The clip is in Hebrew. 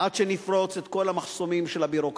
עד שנפרוץ את כל המחסומים של הביורוקרטיה.